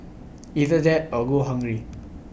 either that or go hungry